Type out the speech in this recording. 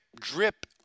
drip